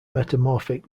metamorphic